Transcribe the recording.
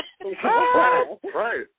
Right